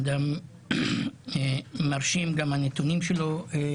הוא אדם מרשים וכך גם הנתונים שלו.